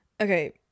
Okay